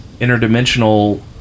interdimensional